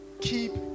Keep